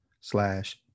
slash